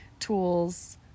Tools